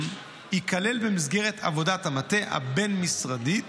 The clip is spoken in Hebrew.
ייכלל במסגרת עבודת המטה הבין-משרדית